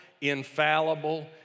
infallible